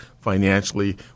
financially